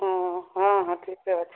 हँ हँ हँ हँ ठीके बात छै